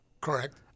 Correct